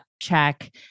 check